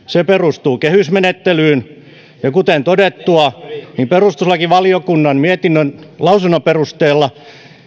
perustuu kehysmenettelyyn ja kuten todettua perustuslakivaliokunnan mietinnön lausunnon perusteella